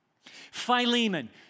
Philemon